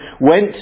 went